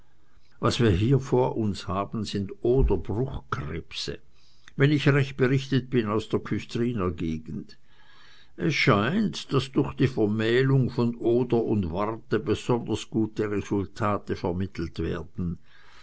was wir hier vor uns haben sind oderbruchkrebse wenn ich recht berichtet bin aus der küstriner gegend es scheint daß durch die vermählung von oder und warthe besonders gute resultate vermittelt werden